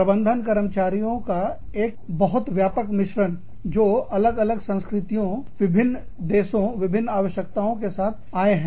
प्रबंधनकर्मचारियों का एक बहुत व्यापक मिश्रण जो अलग अलग संस्कृतियों विभिन्न देशों विभिन्न आवश्यकताओं के साथ आए हैं